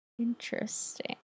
interesting